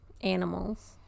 Animals